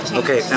okay